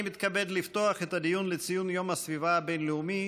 אני מתכבד לפתוח את הדיון לציון יום הסביבה הבין-לאומי,